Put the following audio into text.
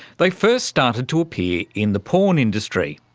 they first started to appear in the porn industry,